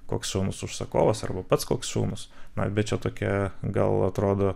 koks ūmus užsakovas arba pats koks ūmus na bet čia tokie gal atrodo